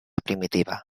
primitiva